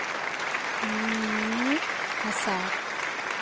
ᱢᱤᱫ ᱟᱥᱟᱲ